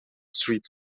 street